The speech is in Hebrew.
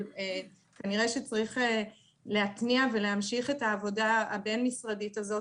אבל כנראה שצריך להתניע ולהמשיך את העבודה הבין משרדית הזו,